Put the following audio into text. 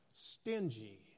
stingy